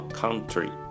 country